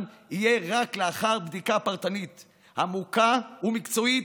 יהיו רק לאחר בדיקה פרטנית עמוקה ומקצועית,